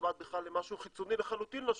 מוצמד למשהו בכלל חיצוני לחלוטין לשוק,